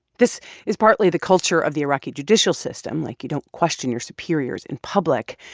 this is partly the culture of the iraqi judicial system. like, you don't question your superiors in public.